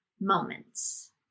moments